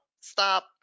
stop